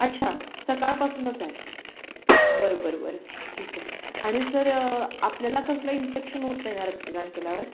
अच्छा सकाळपासूनच आहे बरं बरं बरं ठीक आहे आणि सर आपल्याला कसलं इन्फेक्शन होत नाही ना रक्तदान केल्यावर